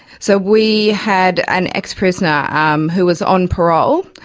so we had an ex-prisoner um who was on parole,